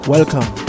Welcome